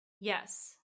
Yes